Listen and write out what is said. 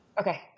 Okay